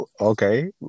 Okay